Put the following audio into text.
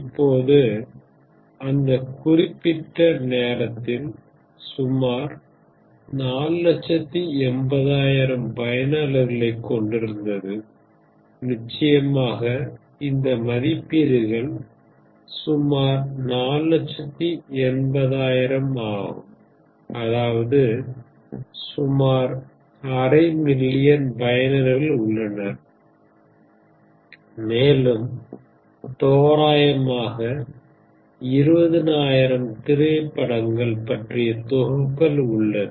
இப்போது அந்த குறிப்பிட்ட நேரத்தில் அது சுமார் 480000 பயனர்களைக் கொண்டிருந்தது நிச்சயமாக இந்த மதிப்பீடுகள் சுமார் 480000 ஆகும் அதாவது சுமார் அரை மில்லியன் பயனர்கள் உள்ளனர் மேலும் தோராயமாக 20000 திரைப்படங்கள் பற்றிய தொகுப்புகள் உள்ளது